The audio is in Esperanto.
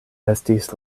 estis